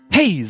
Hey